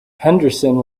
henderson